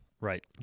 Right